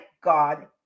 god